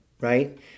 right